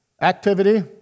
Activity